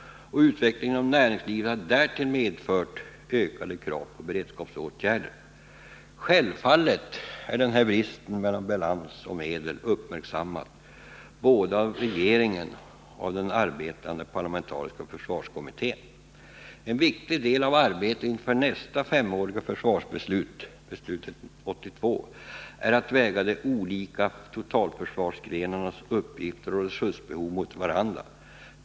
Utvecklingen inom näringslivet har därtill medfört ökade krav på beredskapsåtgärder. Självfallet är denna bristande balans mellan mål och medel uppmärksammad, både av regeringen och av den arbetande parlamentariska försvarskommittén. En viktig del av arbetet inför försvarsbeslutet rörande nästa femårsperiod, som skall fattas 1982, är att väga de olika totalförsvars grenarnas uppgifter och resursbehov mot varandra.